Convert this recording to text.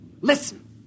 Listen